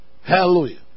Hallelujah